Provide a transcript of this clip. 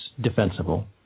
defensible